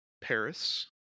paris